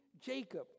Jacob